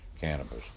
cannabis